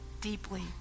deeply